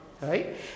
right